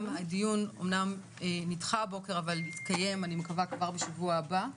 גם הדיון אמנם נדחה הבוקר אבל יתקיים אני מקווה כבר בשבוע הבא,